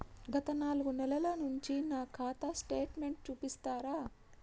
గత నాలుగు నెలల నుంచి నా ఖాతా స్టేట్మెంట్ చూపిస్తరా?